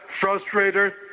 frustrated